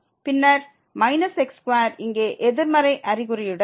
பின்னர் x2 இங்கே எதிர்மறை அறிகுறியுடன் இருக்கிறது